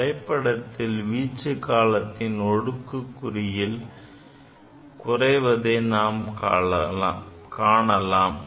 வரைபடத்தில் வீச்சு காலத்தின் அடுக்குக்குறியில் குறைவதை காணலாம்